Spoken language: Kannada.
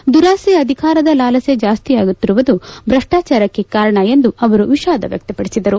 ದುರಾಸೆ ಅಧಿಕಾರದ ಲಾಲಸೆ ಜಾಸ್ತಿಯಾಗಿರುವುದು ಭ್ರಷ್ಟಾಚಾರಕ್ಕೆ ಕಾರಣ ಎಂದು ಅವರು ವಿಷಾದ ವ್ಲಕ್ಷಪಡಿಸಿದರು